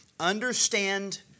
understand